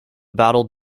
battle